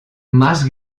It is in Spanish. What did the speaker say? más